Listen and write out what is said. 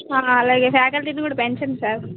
అలాగే ఫ్యాకల్టీస్ కూడా పెంచండి సార్